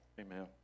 amen